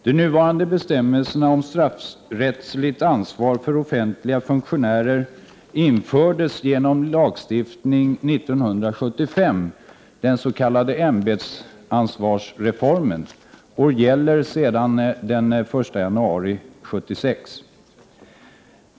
De nuvarande bestämmelserna om straffrättsligt ansvar för offentliga funktionärer infördes genom lagstiftning 1975 — den s.k. ämbetsansvarsreformen -— och de gäller sedan den 1 januari 1976.